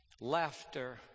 Laughter